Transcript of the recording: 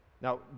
Now